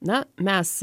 na mes